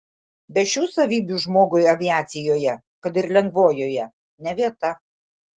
be šių savybių žmogui aviacijoje kad ir lengvojoje ne vieta